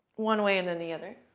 one way and then the other,